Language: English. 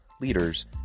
leaders